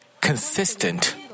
consistent